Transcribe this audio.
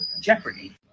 jeopardy